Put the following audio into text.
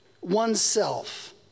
oneself